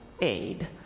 aid